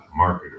marketer